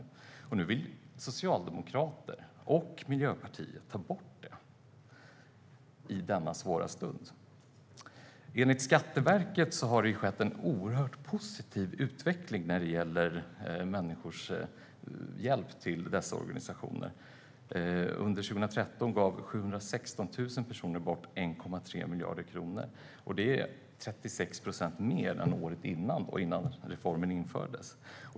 I denna svåra stund vill Socialdemokraterna och Miljöpartiet ta bort den. Enligt Skatteverket har det skett en oerhört positiv utveckling när det gäller människors hjälp till ideella organisationer. Under 2013 gav 716 000 personer bort 1,3 miljarder kronor. Det var 36 procent mer än året före, innan reformen infördes.